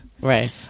Right